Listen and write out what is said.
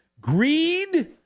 greed